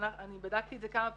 אני בדקתי את זה כמה פעמים.